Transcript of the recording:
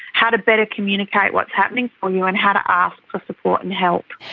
how to better communicate what's happening for you and how to ask for support and help.